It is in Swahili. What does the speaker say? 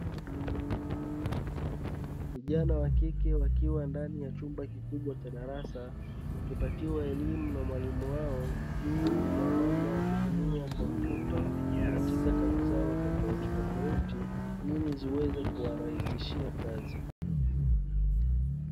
Vijana wa kike wakiwa ndani ya chumba kikubwa cha darasa, wakipatiwa elimu na mwalimu wao juu ya namna ya kutumia kompyuta katika kazi zao tofautitofauti ili ziweze kuwarahisishia kazi.